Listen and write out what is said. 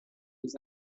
les